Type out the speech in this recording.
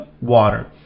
water